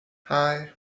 hei